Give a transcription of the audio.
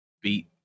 beat